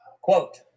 quote